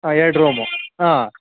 ಹಾಂ ಎರಡು ರೂಮು ಹಾಂ